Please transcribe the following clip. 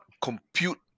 compute